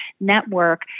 network